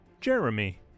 Jeremy